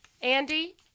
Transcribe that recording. Andy